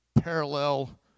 parallel